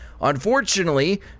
Unfortunately